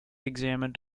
examined